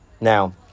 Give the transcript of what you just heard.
Now